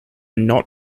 not